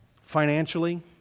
financially